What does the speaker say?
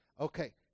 Okay